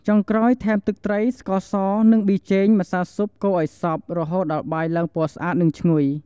ចុងក្រោយ ថែមទឹកត្រី ស្ករស និងប៊ីចេង ម្សៅស៊ុប កូរឱ្យសព្វ រហូតដល់បាយឡើងពណ៌ស្អាត និងឈ្ងុយ។